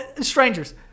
strangers